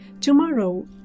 Tomorrow